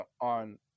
on